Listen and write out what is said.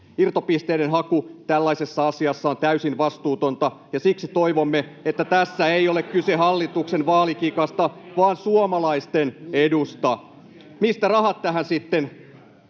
demarit? — Välihuutoja vasemmalta] ja siksi toivomme, että tässä ei ole kyse hallituksen vaalikikasta vaan suomalaisten edusta. Mistä rahat tähän sitten?